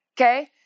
Okay